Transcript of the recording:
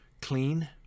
clean